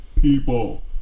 people